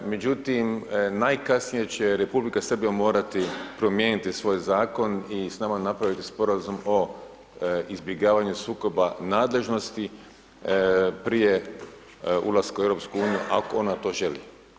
Međutim najkasnije će Republika Srbija morati promijeniti svoj zakon i s nama napraviti sporazum o izbjegavanju sukoba nadležnosti prije ulaska u EU, ako ona to želi.